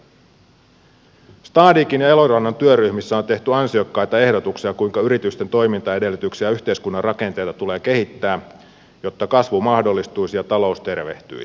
stadighin ja elorannan työryhmissä on tehty ansiokkaita ehdotuksia siitä kuinka yritysten toimintaedellytyksiä ja yhteiskunnan rakenteita tulee kehittää jotta kasvu mahdollistuisi ja talous tervehtyisi